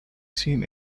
seen